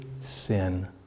sin